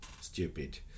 stupid